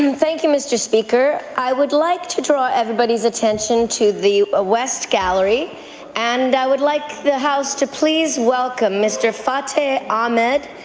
and thank you, mr. speaker. i would like to draw everybody's attention to the west gallery and i would like the house to please welcome mr. fata ahmed,